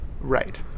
Right